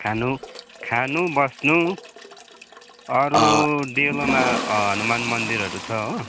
खानु खानु बस्नु अरू डेलोमा हनुमान् मन्दिरहरू छ हो